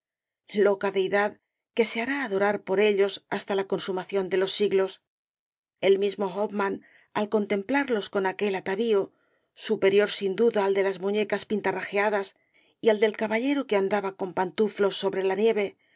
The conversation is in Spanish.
deidad que se hará adorar por ellos hasta la consumación de los siglos el mismo hoffman al contemplarlos con aquel atavío superior sin duda al de las muñecas pintarrajeadas y al del caballero que andaba con pantuflos sobre la nieve